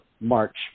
March